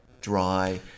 dry